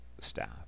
staff